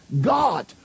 God